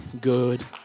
good